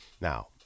Now